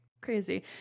crazy